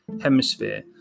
hemisphere